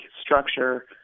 structure